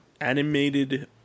animated